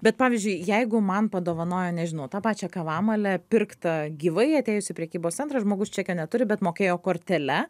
bet pavyzdžiui jeigu man padovanojo nežinau tą pačią kavamalę pirktą gyvai atėjus į prekybos centrą žmogus čekio neturi bet mokėjo kortele